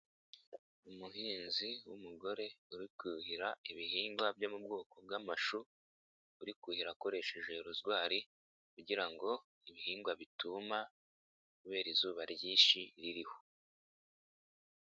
Umuhinzi w'umugore, uri kuhira ibihingwa byo mu bwoko bw'amashu, uri kuhira akoresheje iyo rozwari kugira ngo ibihingwa bituma kubera izuba ryinshi ririho.